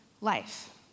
life